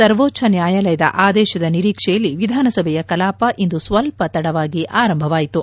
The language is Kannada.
ಸರ್ವೋಚ್ದ ನ್ಯಾಯಾಲಯದ ಆದೇಶದ ನಿರೀಕ್ಷೆಯಲ್ಲಿ ವಿಧಾನಸಭೆಯ ಕಲಾಪ ಇಂದು ಸ್ವಲ್ಪ ತಡವಾಗಿ ಅರಂಭವಾಯಿತು